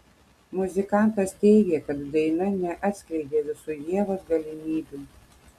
muzikantas teigė kad daina neatskleidė visų ievos galimybių